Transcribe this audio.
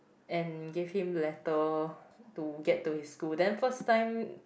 and give him letter to get to his school then first time